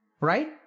Right